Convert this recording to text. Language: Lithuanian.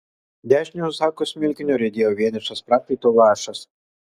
dešiniu zako smilkiniu riedėjo vienišas prakaito lašas